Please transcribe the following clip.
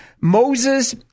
Moses